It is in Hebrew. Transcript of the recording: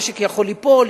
המשק יכול ליפול,